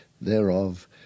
thereof